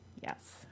Yes